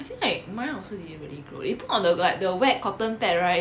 I think like mine also didn't really grow it put on like the wet cotton pad right